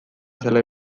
zelai